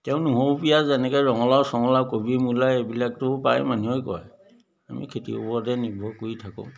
তেও নহৰু পিঁয়াজ এনেকৈ ৰঙালাও চঙলাও কবি মূলা এইবিলাকটো প্ৰায় মানুহেই কৰে আমি খেতিৰ ওপৰতে নিৰ্ভৰ কৰি থাকোঁ